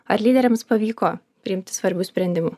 ar lyderiams pavyko priimti svarbių sprendimų